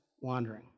wandering